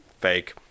fake